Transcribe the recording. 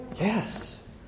Yes